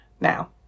now